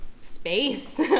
space